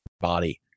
body